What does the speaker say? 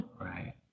Right